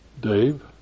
Dave